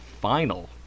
final